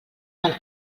pel